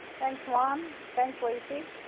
thanks juan. thanks lacy.